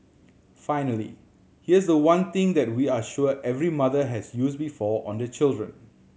finally here's the one thing that we are sure every mother has used before on their children